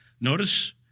Notice